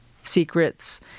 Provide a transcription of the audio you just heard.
secrets